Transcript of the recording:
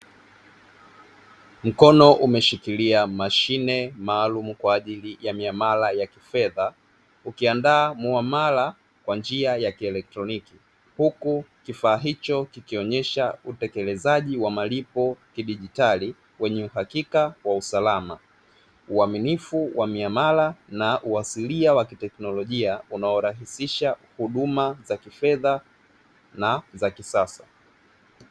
Mkono umeshikilia mashine maalumu kwa ajili ya miamala ya kifedha ukiandaa muamala kwa njia ya kielektroniki huku kifaa hicho kikionesha utekelezaji wa malipo kidigitali wenye uhakika wa usalama , uaminifu wa miamala na uasilia wa kitekinolojia unaorahisisha huduma za kifedha na za kisasa.